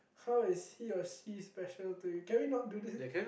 how is he or she special to you can we not do this